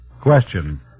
Question